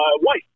white